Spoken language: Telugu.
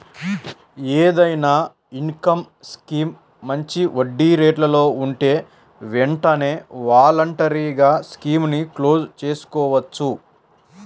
ఏదైనా ఇన్కం స్కీమ్ మంచి వడ్డీరేట్లలో ఉంటే వెంటనే వాలంటరీగా స్కీముని క్లోజ్ చేసుకోవచ్చు